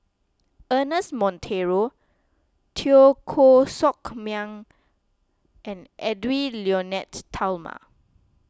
Ernest Monteiro Teo Koh Sock Miang and Edwy Lyonet Talma